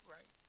Right